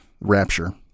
rapture